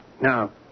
Now